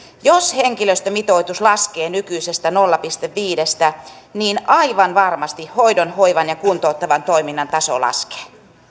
jos henkilöstömitoitus laskee nykyisestä nolla pilkku viidestä aivan varmasti hoidon hoivan ja kuntouttavan toiminnan taso laskee